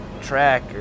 track